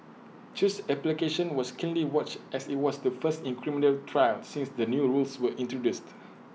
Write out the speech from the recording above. chew's application was keenly watched as IT was the first in A criminal trial since the new rules were introduced